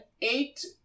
eight